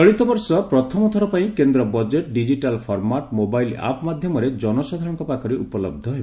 ଚଳିତ ବର୍ଷ ପ୍ରଥମ ଥରପାଇଁ କେନ୍ଦ budget digital format mobile app ମାଧ୍ଘମରେ ଜନସାଧାରଣଙ୍କ ପାଖରେ ଉପଲହ ହେବ